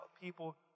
people